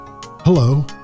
Hello